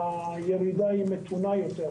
הירידה מתונה יותר,